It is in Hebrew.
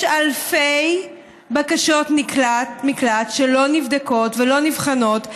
יש אלפי בקשות מקלט שלא נבדקות ולא נבחנות,